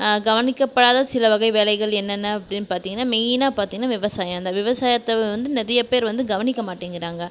கவனிக்க படாத சில வகை வேலைகள் என்னென்ன அப்படினு பார்த்திங்ன்னா மெயினாக பார்த்திங்ன்னா விவசாயம் தான் விவசாயத்தை வந்து நிறைய பேர் வந்து கவனிக்க மாட்டேங்கிறாங்க